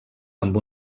amb